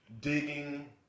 digging